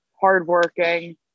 hardworking